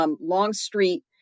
Longstreet